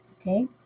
okay